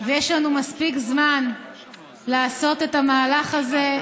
ויש לנו מספיק זמן לעשות את המהלך הזה,